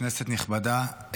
כנסת נכבדה,